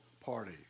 party